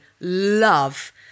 love